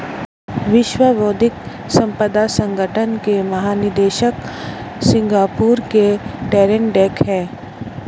विश्व बौद्धिक संपदा संगठन के महानिदेशक सिंगापुर के डैरेन टैंग हैं